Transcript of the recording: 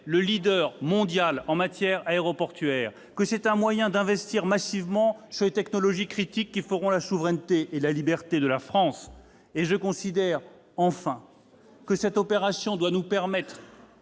le leader mondial en matière aéroportuaire, que c'est un moyen d'investir massivement dans les technologies critiques, qui feront la souveraineté et la liberté de la France. Je considère que cette opération doit nous permettre